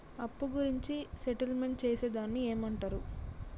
అప్పు గురించి సెటిల్మెంట్ చేసేదాన్ని ఏమంటరు?